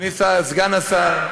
אדוני סגן השר,